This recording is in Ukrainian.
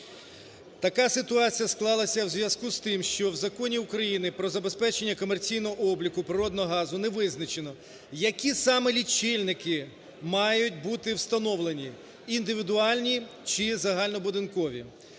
Така ситуація склалася у зв'язку з тим, що у Законі України "Про забезпечення комерційного обліку природного газу" не визначено, які саме лічильники мають бути встановлені індивідуальні чи загальнобудинкові.